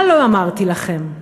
מה לא אמרתי לכם?